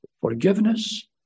forgiveness